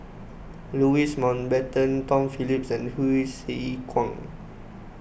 Louis Mountbatten Tom Phillips and Hsu Tse Kwang